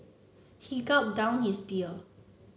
he gulped down his beer